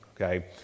Okay